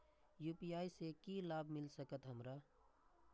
UPI से की लाभ मिल सकत हमरा?